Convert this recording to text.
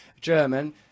german